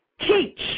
teach